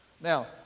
Now